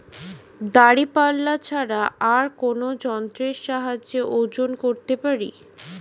দাঁড়িপাল্লা ছাড়া আর কোন যন্ত্রের সাহায্যে ওজন করতে পারি?